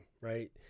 right